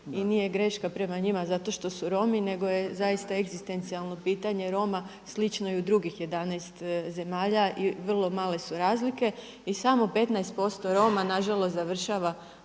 i nije greška prema njima zato što su Romi, nego je zaista egzistencijalno pitanje Roma slično i u drugih 11 zemalja i vrlo male su razlike. I samo 15% Roma na žalost završava